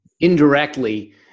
indirectly